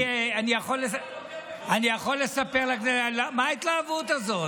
אני יכול לספר לך, מה ההתלהבות הזו?